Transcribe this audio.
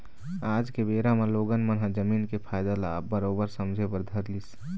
आज के बेरा म लोगन मन ह जमीन के फायदा ल अब बरोबर समझे बर धर लिस